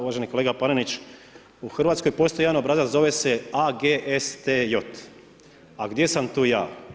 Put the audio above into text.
Uvaženi kolega Panenić, u Hrvatskoj postoji jedan obrazac, zove se AGSTJ, a gdje sam tu ja.